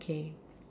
okay